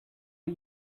are